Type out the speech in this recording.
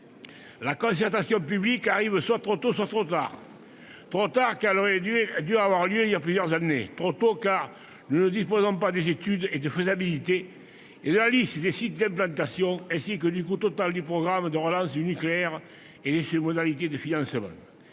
la concertation publique arrive soit trop tôt, soit trop tard : trop tard, car elle aurait dû avoir lieu il y a quelques années ; trop tôt, car nous ne disposons pas des études de faisabilité et de la liste des sites d'implantation non plus que du coût total du programme de relance du nucléaire et de ses modalités de financement.